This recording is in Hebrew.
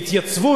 ההתייצבות,